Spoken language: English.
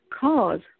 cause